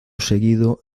seguido